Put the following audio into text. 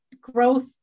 growth